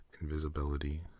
invisibility